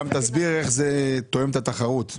גם תסביר איך זה תואם את התחרות.